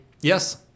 Yes